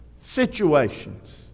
situations